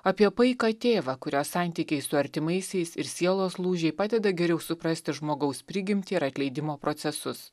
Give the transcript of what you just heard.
apie paiką tėvą kurio santykiai su artimaisiais ir sielos lūžiai padeda geriau suprasti žmogaus prigimtį ir atleidimo procesus